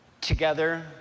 Together